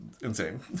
insane